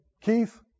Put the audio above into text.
Keith